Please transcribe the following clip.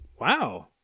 Wow